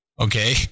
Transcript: Okay